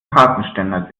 kartenständer